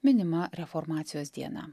minima reformacijos diena